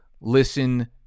listen